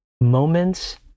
moments